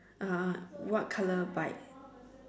uh what color bike